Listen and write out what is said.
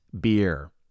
beer